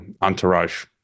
entourage